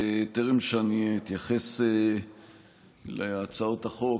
טרם שאתייחס להצעות החוק,